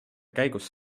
käigus